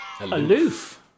Aloof